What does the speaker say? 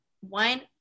one